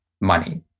money